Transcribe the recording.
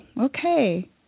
Okay